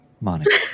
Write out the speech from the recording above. Monica